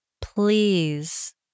please